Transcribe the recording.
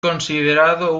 considerado